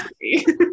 history